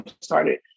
started